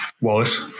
Wallace